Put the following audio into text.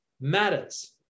matters